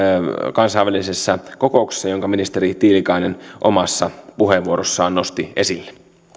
kansainvälisessä kokouksessa jonka ministeri tiilikainen omassa puheenvuorossaan nosti esille